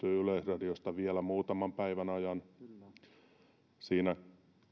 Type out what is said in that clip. yleisradiosta vielä muutaman päivän ajan siinä